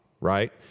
right